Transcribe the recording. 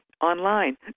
online